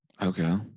Okay